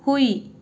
ꯍꯨꯏ